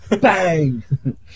bang